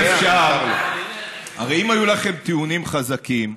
הם הדור הבא של היורים למיניהם והמשתוללים למיניהם.